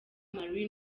mali